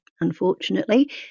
unfortunately